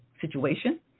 situation